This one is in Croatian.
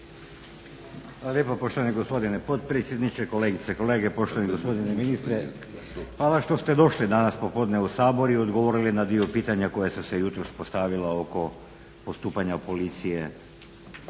lijepo, poštovani gospodine potpredsjedniče. Kolegice i kolege, poštovani gospodine ministre. Hvala što ste došli danas popodne u Sabor i odgovorili na dio pitanja koja su se jutros postavila oko postupanja policije